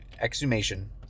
exhumation